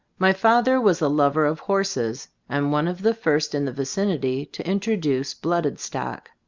my father was a lover of horses, and one of the first in the vi cinity to introduce blooded stock.